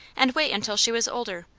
and wait until she was older.